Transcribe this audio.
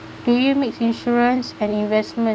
do you mix insurance and investment